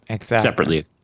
separately